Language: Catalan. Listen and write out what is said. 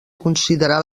considerar